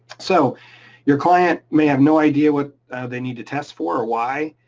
so your client may have no idea what they need to test for or why,